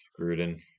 Gruden